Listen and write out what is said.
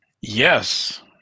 Yes